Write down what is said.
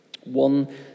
One